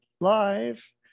live